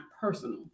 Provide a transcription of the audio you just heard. personal